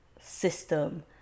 system